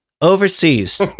overseas